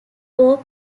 bon